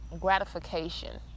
gratification